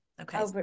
okay